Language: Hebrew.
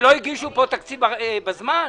שלא הגישו פה תקציב בזמן?